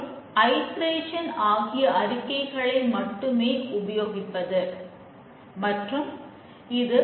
மற்றும் இரண்டாவது பிழைகளை உட்புகுத்துவது